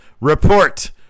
Report